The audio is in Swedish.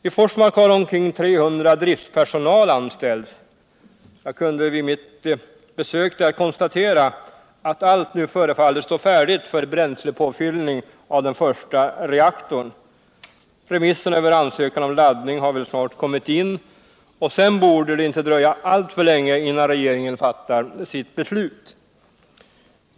I Forsmark har omkring 300 av driftspersonalen anställts. Jag kunde vid mitt besök där konstatera att allt nu förefaller stå färdigt för bränstepåfvllning av den första reaktorn. Remisserna över ansökan om laddning har väl snart kommit in, och sedun borde det inte få dröja alltför länge innan regeringen fattar sitt beslut.